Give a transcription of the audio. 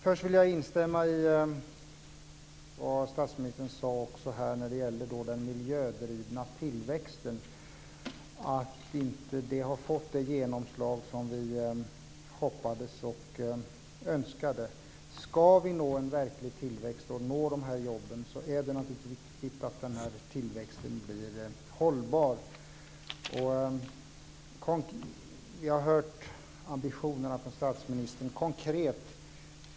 Jag vill instämma i vad statsministern sade när det gäller den miljödrivna tillväxten och att den inte har fått det genomslag som vi hoppades och önskade. Ska vi nå en verklig tillväxt och nå de här jobben är det naturligtvis viktigt att tillväxten blir hållbar. Vi har hört ambitionen från statsministern.